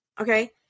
Okay